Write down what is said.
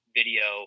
video